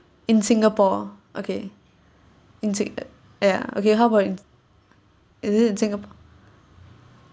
in singapore okay in sin~ ya okay how about in is it in singapore